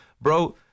Bro